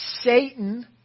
Satan